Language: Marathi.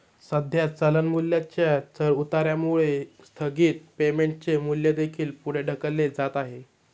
सध्या चलन मूल्याच्या चढउतारामुळे स्थगित पेमेंटचे मूल्य देखील पुढे ढकलले जात आहे